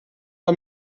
bei